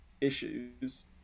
issues